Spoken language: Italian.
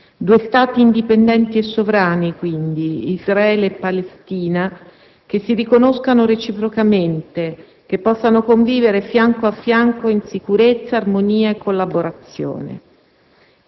due Stati indipendenti e sovrani, Israele e Palestina, che si riconoscano reciprocamente, che possano convivere fianco a fianco in sicurezza, armonia e collaborazione.